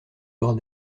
bord